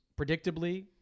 predictably